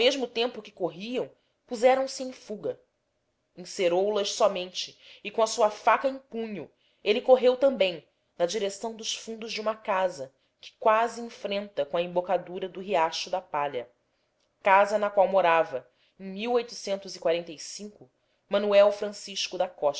mesmo tempo que corriam puseram-se em fuga em ceroulas somente e com a sua faca em punho ele correu também na direção dos fundos de uma casa que quase enfrenta com a embocadura do riacho da palha casa na qual morava em anuel rancisco da costa